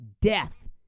death